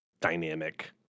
dynamic